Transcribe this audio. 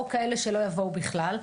או כאלה שלא יבואו בכלל.